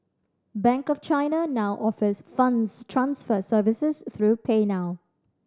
bank of China now offers funds transfer services through PayNow